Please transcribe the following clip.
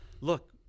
look